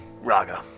Raga